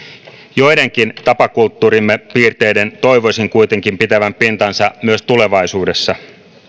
joidenkin tapakulttuurimme piirteiden toivoisin kuitenkin pitävän pintansa myös tulevaisuudessa